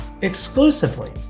exclusively